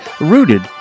rooted